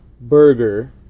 burger